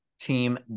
team